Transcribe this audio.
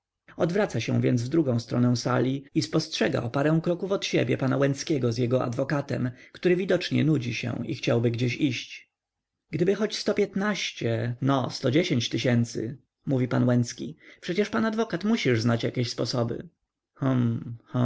odwraca się więc w drugą stronę sali i spostrzega o parę kroków od siebie pana łęckiego z jego adwokatem który widocznie nudzi się i chciałby gdzieś iść gdyby choć sto piętnaście no sto dziesięć tysięcy mówi pan łęcki przecież pan adwokat musisz znać jakieś sposoby